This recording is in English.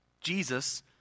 Jesus